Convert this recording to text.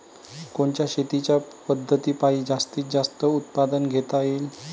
कोनच्या शेतीच्या पद्धतीपायी जास्तीत जास्त उत्पादन घेता येईल?